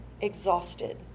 exhausted